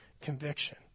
conviction